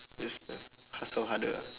just uh hustle harder ah